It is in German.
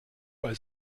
bei